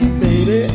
baby